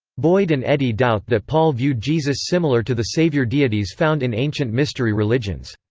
boyd and eddy doubt that paul viewed jesus similar to the savior deities found in ancient mystery religions.